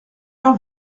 heure